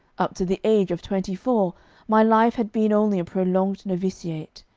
up to the age of twenty-four my life had been only a prolonged novitiate.